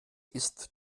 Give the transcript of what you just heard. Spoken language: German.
isst